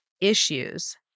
issues